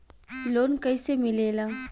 Loan कईसे मिलेला?